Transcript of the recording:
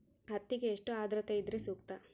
ಹತ್ತಿಗೆ ಎಷ್ಟು ಆದ್ರತೆ ಇದ್ರೆ ಸೂಕ್ತ?